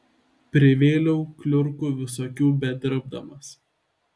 privėliau kliurkų visokių bedirbdamas